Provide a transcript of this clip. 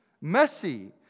messy